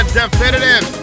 definitive